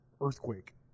earthquake